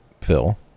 Phil